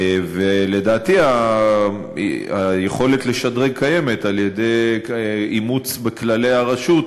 ולדעתי היכולת לשדרג קיימת על-ידי אימוץ בכללי הרשות,